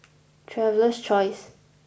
Traveler's Choice